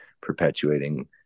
perpetuating